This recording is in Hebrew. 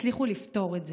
הצליחו לפתור את זה.